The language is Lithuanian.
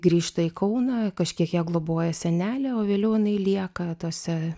grįžta į kauną kažkiek ją globoja senelė o vėliau jinai lieka tuose